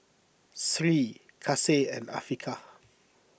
Sri Kasih and Afiqah